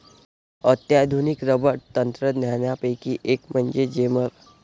अत्याधुनिक रबर तंत्रज्ञानापैकी एक म्हणजे जेमर